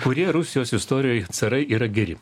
kurie rusijos istorijoje carai yra geri